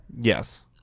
Yes